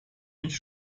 mich